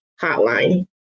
hotline